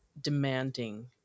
demanding